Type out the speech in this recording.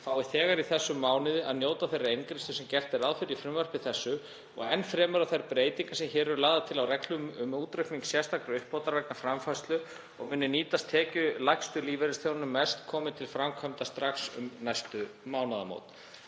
fái þegar í þessum mánuði að njóta þeirrar eingreiðslu sem gert er ráð fyrir í frumvarpi þessu og enn fremur að þær breytingar sem hér eru lagðar til á reglum um útreikning sérstakrar uppbótar vegna framfærslu, og munu nýtast tekjulægstu lífeyrisþegunum mest, komi til framkvæmda strax um næstu mánaðamót.